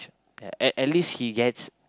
at at least he gets